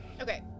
Okay